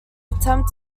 attempt